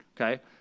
okay